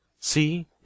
See